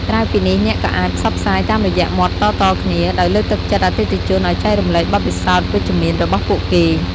ក្រៅពីនេះ អ្នកក៏អាចផ្សព្វផ្សាយតាមរយៈមាត់តៗគ្នា ដោយលើកទឹកចិត្តអតិថិជនឱ្យចែករំលែកបទពិសោធន៍វិជ្ជមានរបស់ពួកគេ។